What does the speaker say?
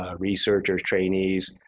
ah researchers, trainees,